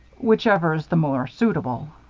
whichever is the more suitable.